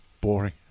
boring